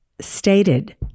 Stated